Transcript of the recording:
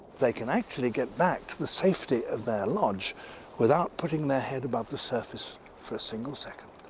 they can actually get back to the safety of their lodge without putting their head above the surface for a single second.